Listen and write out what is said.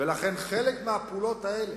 ולכן, חלק מהפעולות האלה,